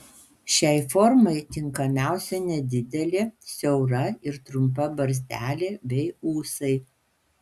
šiai formai tinkamiausia nedidelė siaura ir trumpa barzdelė bei ūsai